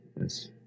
yes